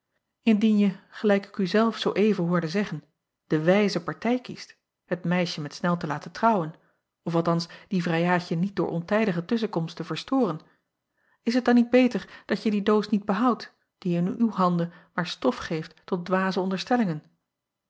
indien je gelijk ik u zelf zoo even hoorde zeggen de wijze partij kiest het meisje met nel te laten trouwen of althans die vrijaadje niet door ontijdige tusschenkomst te verstoren is het dan niet beter dat je die doos niet behoudt die in uwe handen maar stof geeft tot dwaze onderstellingen